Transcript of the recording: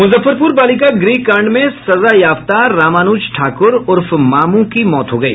मुजफ्फरपुर बालिका गृह कांड में सजायाफ्ता रामानुज ठाकुर उर्फ मामू की मौत हो गयी